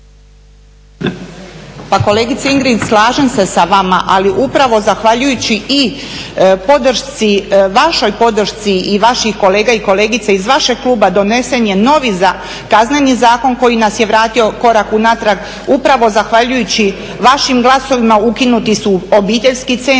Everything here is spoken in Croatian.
Pa kolegice Ingrid, slažem se sa vama ali upravo zahvaljujući i podršci, vašoj podršci i vaših kolega i kolegica iz vašeg kluba donesen je novi Kazneni zakon koji nas je vratio korak unatrag upravo zahvaljujući vašim glasovima ukinuti su obiteljski centri,